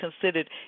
considered